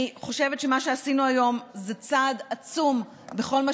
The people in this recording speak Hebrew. אני חושבת שמה שעשינו היום זה צעד עצום בכל מה